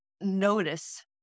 notice